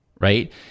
right